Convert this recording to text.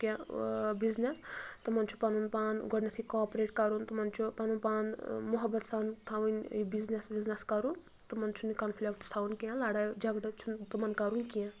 کیٚنٛہہ بِزنٮ۪س تِمن چھُ پَنُن پان گۄڈٕنیٚتھٕے کاپریٹ کَرُن تِمن چھُ پَنُن پان مُحبت سان تھاوٕنۍ یہِ بِزنٮ۪س وِزنٮ۪س کَرُن تِمن چھُ نہٕ کَنفلیٚکٹٕس تھاوُن لڑٲے جگڑٕ چھُ نہٕ تِمن کَرُن کیٚنٛہہ